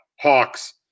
Hawks